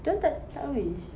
dorang tak tak wish